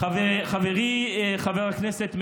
חברי חבר הכנסת מרגי,